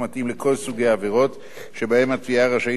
העבירות שבהן התביעה רשאית לעשות בו שימוש.